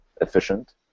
efficient